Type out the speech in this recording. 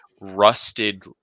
rusted